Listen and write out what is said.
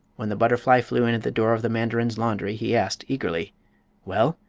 when the butterfly flew in at the door of the mandarin's laundry he asked, eagerly well,